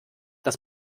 das